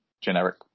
generic